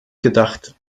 gedacht